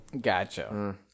Gotcha